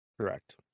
Correct